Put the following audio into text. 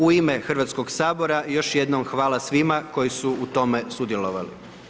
U ime Hrvatskog Sabora, još jednom hvala svima koji su u tome sudjelovali.